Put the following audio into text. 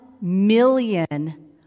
million